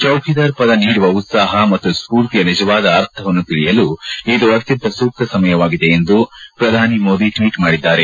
ಚೌಕಿದಾರ್ ಪದ ನೀಡುವ ಉತ್ತಾಹ ಮತ್ತು ಸ್ಪೂರ್ತಿಯ ನಿಜವಾದ ಅರ್ಥವನ್ನು ತಿಳಿಯಲು ಇದು ಅತ್ಯಂತ ಸೂಕ್ತ ಸಮಯವಾಗಿದೆ ಎಂದು ಪ್ರಧಾನಿ ಮೋದಿ ಟ್ವಿಟ್ ಮಾಡಿದ್ದಾರೆ